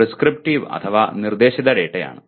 അതും പ്രിസ്ക്രിപ്റ്റീവ് അഥവാ നിർദ്ദേശിത ഡാറ്റയാണ്